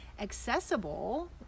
accessible